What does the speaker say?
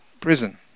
prison